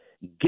get